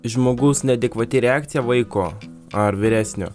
žmogus neadekvati reakcija vaiko ar vyresnio